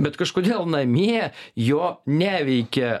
bet kažkodėl namie jo neveikia